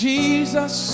Jesus